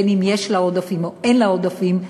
בין שיש לה עודפים ובין שאין לה עודפים,